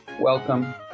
welcome